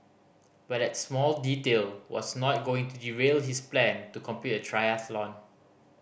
but that small detail was not going to derail his plan to complete a triathlon